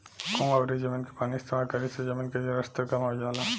कुवां अउरी जमीन के पानी इस्तेमाल करे से जमीन के जलस्तर कम हो जाला